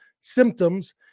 symptoms